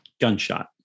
gunshot